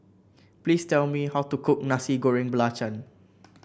please tell me how to cook Nasi Goreng Belacan